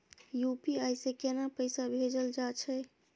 UPI से केना पैसा भेजल जा छे?